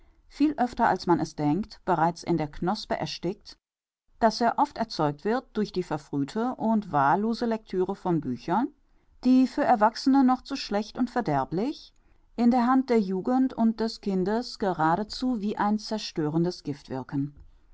viel öfter als man es denkt bereits in der knospe erstickt daß er oft erzeugt wird durch die verfrühte und wahllose lecture von büchern die für erwachsene noch zu schlecht und verderblich in der hand der jugend und des kindes geradezu wie ein zerstörendes gift wirken